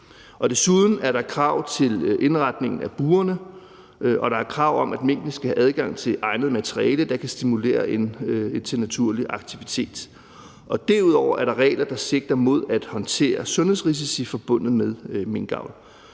Desuden er der krav til indretningen af burene, og der er krav om, at minkene skal have adgang til egnet materiale, der kan stimulere til naturlig aktivitet. Derudover er der regler, der sigter mod at håndtere sundhedsrisici forbundet med minkavl.